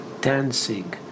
dancing